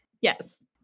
Yes